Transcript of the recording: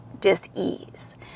dis-ease